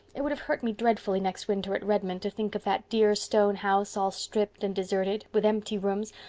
it would have hurt me dreadfully next winter at redmond to think of that dear stone house all stripped and deserted, with empty rooms.